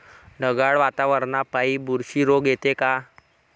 ढगाळ वातावरनापाई बुरशी रोग येते का?